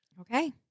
Okay